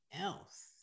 else